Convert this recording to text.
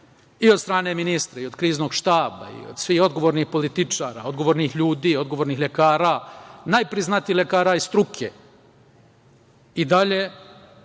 od strane ministra i Kriznog štaba, od svih odgovornih političara, odgovornih ljudi, odgovornih lekara, najpriznatijih lekara iz struke, i dalje